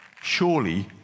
surely